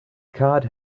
card